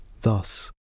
thus